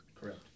Correct